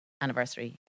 anniversary